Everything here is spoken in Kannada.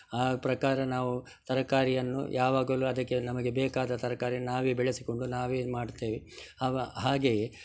ಆ ಪ್ರಕಾರ ನಾವು ತರಕಾರಿಯನ್ನು ಯಾವಾಗಲು ಅದಕ್ಕೆ ನಮಗೆ ಬೇಕಾದ ತರಕಾರಿನ್ನು ನಾವೇ ಬೆಳೆಸಿಕೊಂಡು ನಾವೇ ಇದು ಮಾಡ್ತೇವೆ ಹವ ಹಾಗೆಯೇ